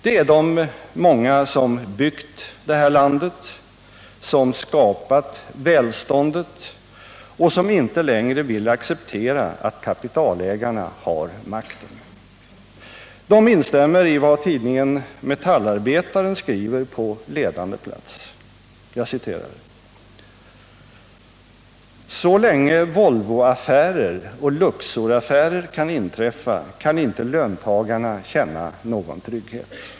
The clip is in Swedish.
Det är de många som byggt landet, som skapat välståndet och som inte längre vill acceptera att kapitalägarna har makten. De instämmer i vad tidningen Metallarbetaren skriver på ledande plats: ”Så länge volvoaffärer och luxoraffärer kan inträffa kan inte löntagarna känna någon trygghet.